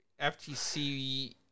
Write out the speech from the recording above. FTC